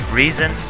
reason